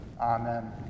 amen